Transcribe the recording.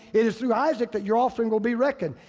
it is through isaac that your offspring will be reckoned.